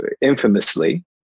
infamously